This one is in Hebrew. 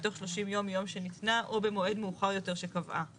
בתוך 30 יום מיום שניתנה או במועד מאוחר יותר שקבעה הוועדה.